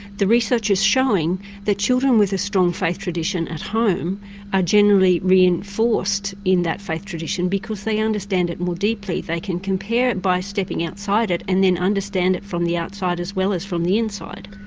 the research is showing that children with a strong faith tradition at home are generally reinforced in that faith tradition because they understand it more deeply, they can compare it by stepping outside it and then understand it from the outside as well as from the inside.